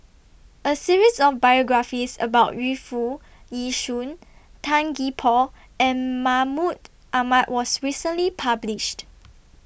A series of biographies about Yu Foo Yee Shoon Tan Gee Paw and Mahmud Ahmad was recently published